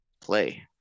play